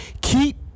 keep